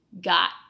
got